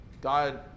God